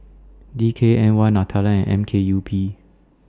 D K N Y Nutella and M K U P